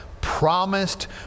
promised